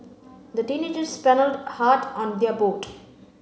the teenagers paddled hard on their boat